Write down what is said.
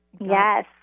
Yes